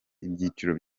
ibiciro